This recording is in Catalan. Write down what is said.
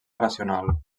racional